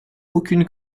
aucune